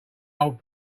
old